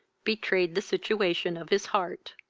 betrayed the situation of his heart.